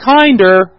kinder